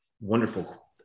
wonderful